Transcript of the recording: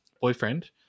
boyfriend